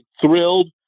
thrilled